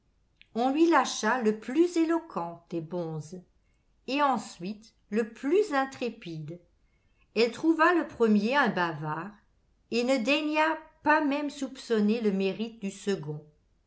on lui lâcha le plus éloquent des bonzes et ensuite le plus intrépide elle trouva le premier un bavard et ne daigna pas même soupçonner le mérite du second